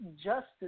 Justice